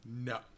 no